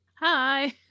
Hi